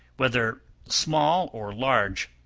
whether small or large,